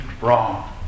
wrong